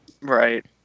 Right